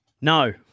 No